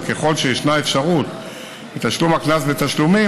וככל שישנה אפשרות לתשלום הקנס בתשלומים,